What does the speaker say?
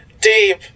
deep